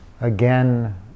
again